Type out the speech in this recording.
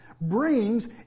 brings